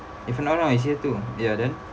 if I'm not wrong it's year two ya then